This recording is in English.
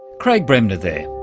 craig bremner there.